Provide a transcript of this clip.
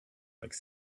like